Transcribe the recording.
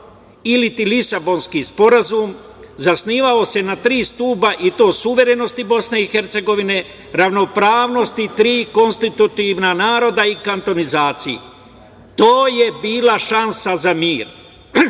iliti Lisabonski sporazum zasnivao se na tri stuba i to suverenosti BiH, ravnopravnosti tri konstitutivna naroda i kantonizaciji. To je bila šansa za